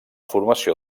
formació